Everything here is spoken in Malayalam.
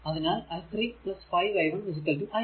അതിനാൽ i 3 5 i 1 i 1